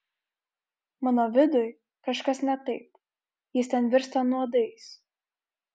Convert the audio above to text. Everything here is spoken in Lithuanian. mano viduj kažkas ne taip jis ten virsta nuodais